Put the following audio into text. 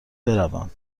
بروم